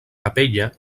capella